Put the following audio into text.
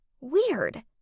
Weird